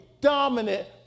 dominant